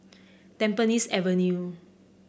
Tampines Avenue